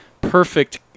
perfect